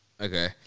Okay